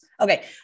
Okay